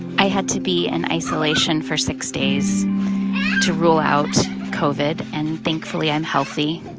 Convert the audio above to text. i had to be in isolation for six days to rule out covid. and thankfully, i'm healthy.